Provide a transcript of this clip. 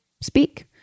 speak